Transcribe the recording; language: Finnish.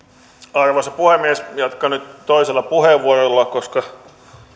arvoisa puhemies jatkan nyt toisella puheenvuorolla koska